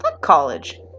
college